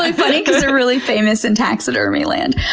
like funny because they're really famous in taxidermy land.